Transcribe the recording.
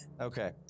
Okay